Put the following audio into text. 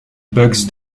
bugs